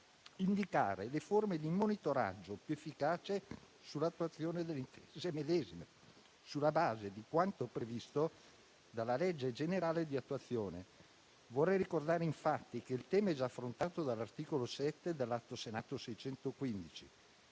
indicare le forme di monitoraggio più efficaci sull'attuazione delle intese medesime, sulla base di quanto previsto dalla legge generale di attuazione. Vorrei ricordare infatti che il tema è già affrontato dall'articolo 7 dell'Atto Senato 615.